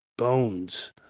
Bones